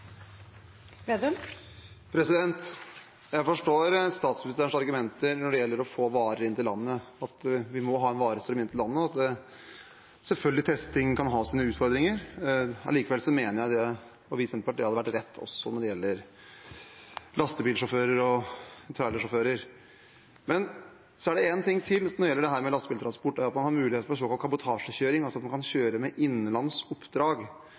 Jeg forstår statsministerens argumenter når det gjelder å få varer inn til landet, at vi må ha en varestrøm inn til landet, og at testing selvfølgelig kan ha sine utfordringer. Allikevel mener vi i Senterpartiet det hadde vært rett også når det gjelder lastebilsjåfører og trailersjåfører. Men så er det en ting til når det gjelder dette med lastebiltransport. Det er at man har mulighet for såkalt kabotasjekjøring, altså at man kan kjøre med